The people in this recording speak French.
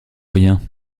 rien